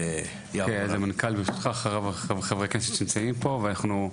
המנכ"ל, אחריו חברי הכנסת שנמצאים פה.